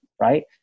right